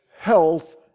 health